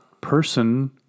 person